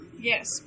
yes